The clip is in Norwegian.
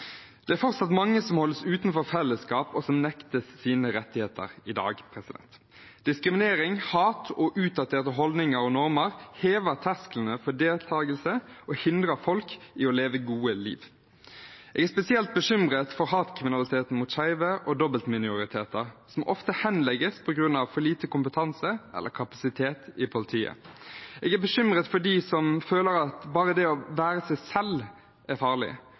Det er fortsatt mange som holdes utenfor fellesskap og nektes sine rettigheter i dag. Diskriminering, hat og utdaterte holdninger og normer hever terskelen for deltakelse og hindrer folk i å leve gode liv. Jeg er spesielt bekymret for hatkriminalitet mot skeive og dobbeltminoriteter, som ofte henlegges på grunn av for lite kompetanse eller kapasitet i politiet. Jeg er bekymret for dem som føler at bare det å være seg selv er farlig